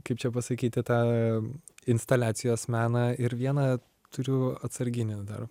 kaip čia pasakyti tą instaliacijos meną ir vieną turiu atsarginį dar